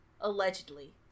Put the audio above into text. Allegedly